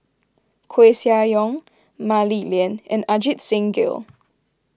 Koeh Sia Yong Mah Li Lian and Ajit Singh Gill